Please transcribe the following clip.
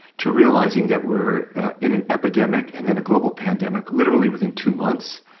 to realizing that we're in an epidemic and then a global pandemic literally within two months.